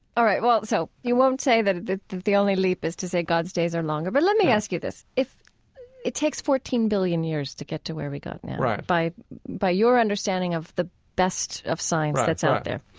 all right. well, so you won't say that the the the only leap is to say god's days are longer. but let me ask you this, if it takes fourteen billion years to get to where we got now, by by your understanding of the best of science that's out there,